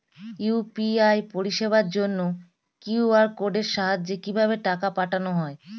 UPI পরিষেবার জন্য QR কোডের সাহায্যে কিভাবে টাকা পাঠানো হয়?